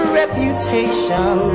reputation